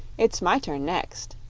it's my turn next.